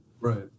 Right